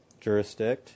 jurisdict